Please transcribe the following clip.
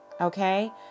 Okay